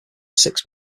six